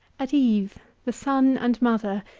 at eve the son and mother,